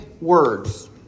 words